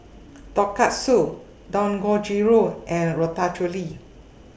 Tonkatsu Dangojiru and Ratatouille